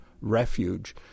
Refuge